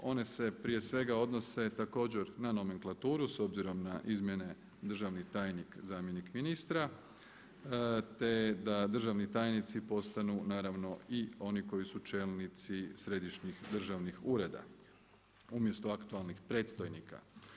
One se prije svega odnose također na nomenklaturu s obzirom na izmjene državni tajnik, zamjenik ministra, te da državni tajnici postanu naravno i oni koji su čelnici središnjih državnih ureda umjesto aktualnih predstojnika.